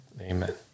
amen